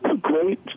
great